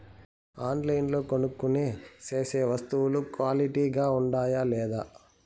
ఆన్లైన్లో కొనుక్కొనే సేసే వస్తువులు క్వాలిటీ గా ఉండాయా లేదా?